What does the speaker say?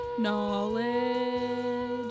Knowledge